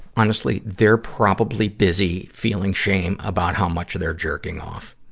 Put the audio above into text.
honestly, they're probably busy feeling shame about how much they're jerking off.